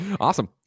Awesome